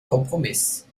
kompromiss